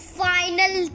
final